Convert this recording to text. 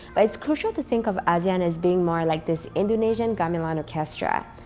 but it's crucial to think of asean as being more like this indonesian gamelan orchestra.